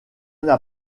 n’a